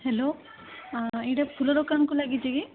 hello ଏଇଟା ଫୁଲ ଦୋକାନକୁ ଲାଗିଛି କି